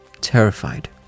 terrified